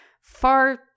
far